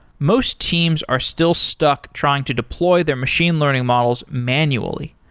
most teams are still stuck trying to deploy their machine learning models manually.